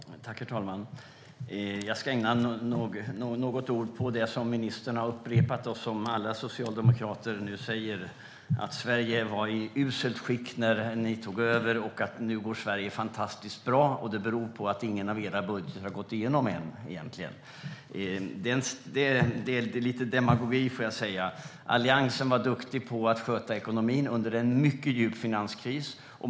Herr talman! Jag ska ägna några ord åt det som ministern har upprepat och som alla socialdemokrater säger, nämligen att Sverige var i ett uselt skick när ni tog över och att Sverige nu går fantastiskt bra. Det beror egentligen på att ingen av era budgetar har gått igenom än. Det är lite demagogi. Alliansen var duktig på att sköta ekonomin under en mycket djup finanskris.